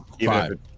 Five